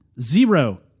Zero